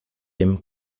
dem